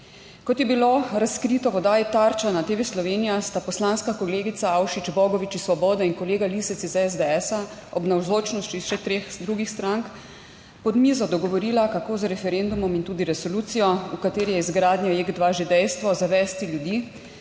Kot je bilo razkrito v oddaji Tarča na TV Slovenija, sta poslanska kolegica Avšič Bogovič iz Svobode in kolega Lisec iz SDS, a ob navzočnosti še treh drugih strank, pod mizo dogovorila kako z referendumom in tudi resolucijo, v kateri je izgradnja Jek 2 že dejstvo zavesti ljudi,